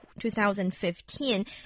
2015